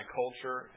culture